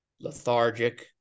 lethargic